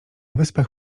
wyspach